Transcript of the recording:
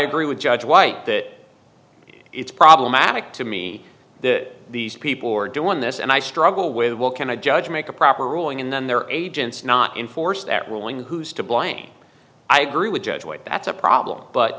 agree with judge white that it's problematic to me that these people are doing this and i struggle with well can a judge make a proper ruling and then there are agents not enforced at willing who's to blame i agree with judge white that's a problem but